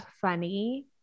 funny